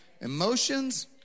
Emotions